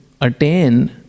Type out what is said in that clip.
attain